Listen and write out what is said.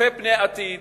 שצופה פני עתיד,